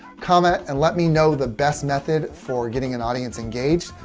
comment and let me know the best method for getting an audience engaged.